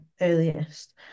earliest